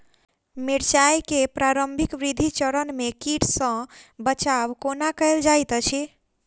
मिर्चाय केँ प्रारंभिक वृद्धि चरण मे कीट सँ बचाब कोना कैल जाइत अछि?